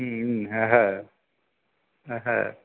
হুম হ্যাঁ হ্যাঁ হ্যাঁ